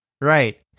Right